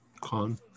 Con